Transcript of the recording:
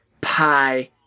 pie